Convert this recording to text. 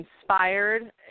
inspired